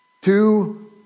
two